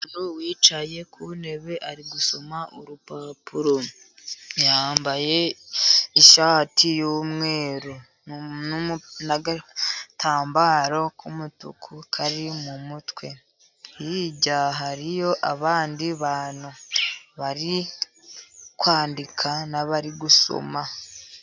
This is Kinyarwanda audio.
Umuntu wicaye ku ntebe ari gusoma urupapuro, yambaye ishati y'umweru, n'agatambaro k'umutuku kari mu mutwe, hirya hariyo abandi bantu bari kwandika n'abari gusoma.